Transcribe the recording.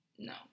No